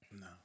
No